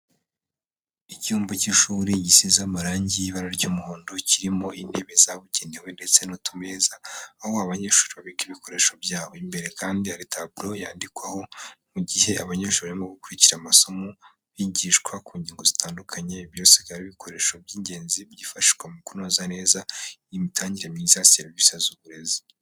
Icyumba cy'ishuri gisize amarangi y'ibara ry'umuhondo, kirimo intebe zabugenewe ndetse n'utumeza, aho abanyeshuri babika ibikoresho byabo. Imbere kandi hari table yandikwaho mu gihe abanyeshuri barimo gukurikira amasomo, bigishwa ku ngingo zitandukanye, byose bikaba ibikoresho by'ingenzi byifashishwa mu kunoza neza imitangire myiza ya serivisi z'uburezi.